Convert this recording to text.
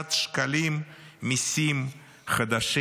מיליארד שקלים מיסים חדשים.